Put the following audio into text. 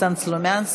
מדינת ישראל.